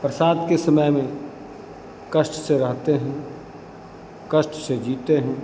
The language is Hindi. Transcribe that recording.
बरसात के समय में कष्ट से रहते हैं कष्ट से जीते हैं